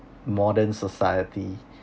modern society